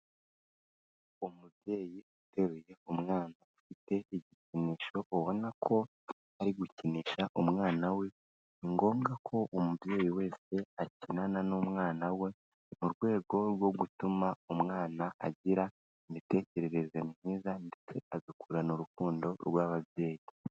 Umubyeyi uteruye umwana ufite igikinisho ubona ko ari gukinisha umwana we, ni ngombwa ko umubyeyi wese akinana n'umwana we, mu rwego rwo gutuma umwana agira imitekerereze myiza ndetse agakurana urukundo rw'ababyeyi.